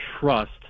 trust